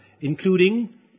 including